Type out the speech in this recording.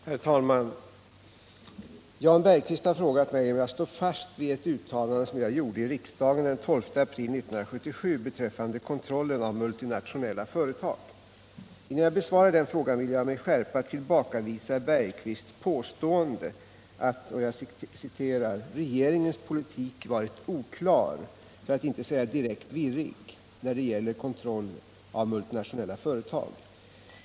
Herr talman! Jan Bergqvist har frågat mig om jag står fast vid ett uttalande som jag gjorde i riksdagen den 12 april 1977 beträffande kontrollen av multinationella företag. Innan jag besvarar den frågan vill jag med skärpa tillbakavisa Bergqvists påstående att ”regeringens politik varit oklar, för att inte säga direkt virrig” när det gäller kontroll av multinationella företag.